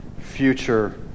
future